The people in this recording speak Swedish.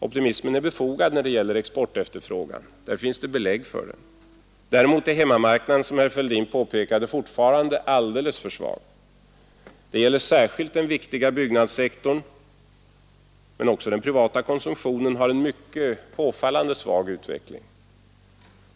Optimismen är befogad när det gäller exportefterfrågan; där finns det belägg för den. Däremot är hemmamarknaden, Fälldin påpekade, fortfarande alldeles för svag. Det gäller särskilt den viktiga byggnadssektorn, men också den privata konsumtionen har en påfallande svag utveckling.